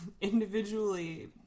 individually